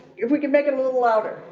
if we can make him a little louder.